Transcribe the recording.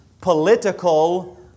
political